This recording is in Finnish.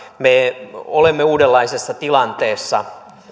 me olemme uudenlaisessa tilanteessa